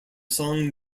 song